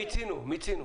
מיצינו.